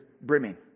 brimming